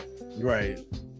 right